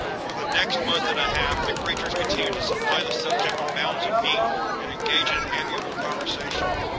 for the next month and a half the creatures continued to supply the subject with mounds of meat and engage it in amiable conversation.